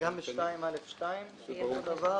ב-2(א)(ב).